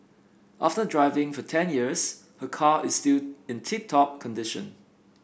after driving for ten years her car is still in tip top condition